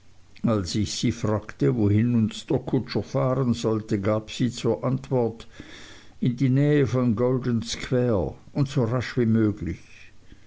als ich sie fragte wohin uns der kutscher fahren sollte gab sie zur antwort in die nähe von golden square und so rasch wie möglich